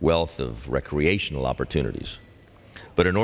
wealth of recreational opportunities but in